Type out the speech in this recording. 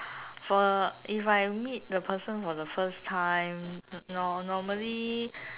for if I meet the person for the first time nor~ normally